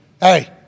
hey